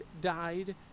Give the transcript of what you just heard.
died